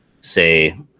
say